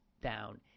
down